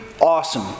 awesome